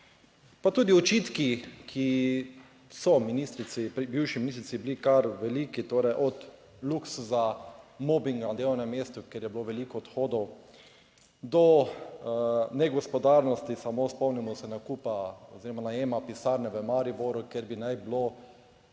Pa tudi očitki, ki so ministrici, bivši ministrici bili kar veliki, torej od luksuza, mobinga na delovnem mestu, kjer je bilo veliko odhodov, do negospodarnosti. Samo spomnimo se nakupa oziroma najema pisarne v Mariboru, kjer bi naj bilo